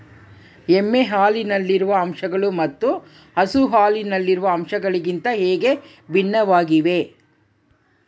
ಎಮ್ಮೆ ಹಾಲಿನಲ್ಲಿರುವ ಅಂಶಗಳು ಮತ್ತು ಹಸು ಹಾಲಿನಲ್ಲಿರುವ ಅಂಶಗಳಿಗಿಂತ ಹೇಗೆ ಭಿನ್ನವಾಗಿವೆ?